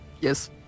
yes